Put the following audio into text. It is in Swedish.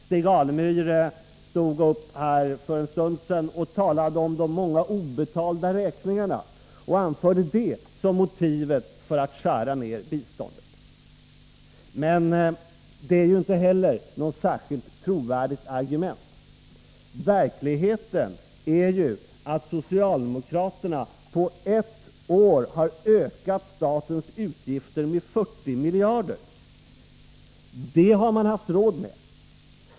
Stig Alemyr talade för en stund sedan om de många obetalda räkningarna och anförde det som motivet för att skära ned biståndet. Men det är ju inte heller något särskilt trovärdigt argument. Verkligheten är ju att socialdemokraterna på ett år har ökat statens utgifter med 40 miljarder. Det har man haft råd med.